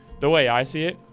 the way i see it,